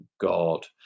God